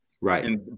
Right